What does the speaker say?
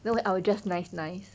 then I will just nice nice